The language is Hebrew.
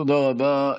תודה רבה.